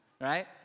Right